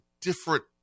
different